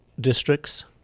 districts